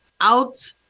out